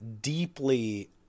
deeply